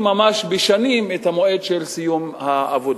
שבהן מחטיאים ממש בשנים את המועד של סיום העבודות.